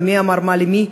מי אמר מה למי?